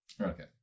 Okay